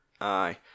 Aye